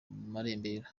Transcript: marembera